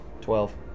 Twelve